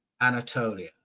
Anatolia